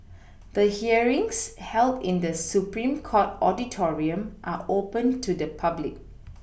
the hearings held in the Supreme court auditorium are open to the public